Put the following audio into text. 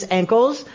ankles